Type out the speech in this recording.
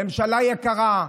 ממשלה יקרה,